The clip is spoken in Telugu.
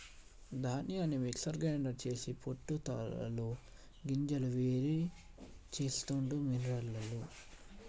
ధాన్యాన్ని మిక్సర్ గ్రైండర్ చేసి పొట్టు తాలు గింజలు వేరు చెస్తాండు మిల్లులల్ల